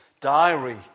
diary